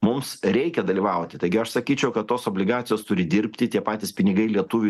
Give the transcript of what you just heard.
mums reikia dalyvauti taigi aš sakyčiau kad tos obligacijos turi dirbti tie patys pinigai lietuvių